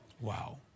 Wow